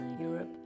Europe